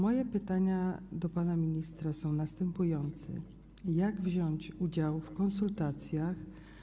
Moje pytania do pana ministra są następujące: Jak wziąć udział w konsultacjach?